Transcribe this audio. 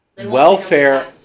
welfare